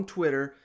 Twitter